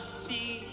see